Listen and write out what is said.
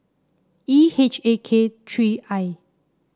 E H A K three I